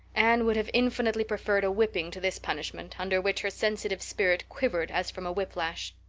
anne would have infinitely preferred a whipping to this punishment under which her sensitive spirit quivered as from a whiplash.